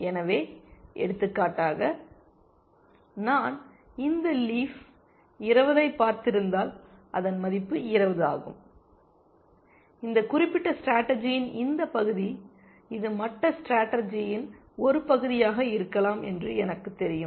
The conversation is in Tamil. எனவே எடுத்துக்காட்டாக நான் இந்த லீஃப் 20 ஐப் பார்த்திருந்தால் அதன் மதிப்பு 20 ஆகும் இந்த குறிப்பிட்ட ஸ்டேடர்ஜியின் இந்த பகுதி இது மற்ற ஸ்டேடர்ஜியின் ஒரு பகுதியாக இருக்கலாம் என்று எனக்குத் தெரியும்